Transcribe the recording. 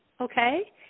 okay